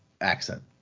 accent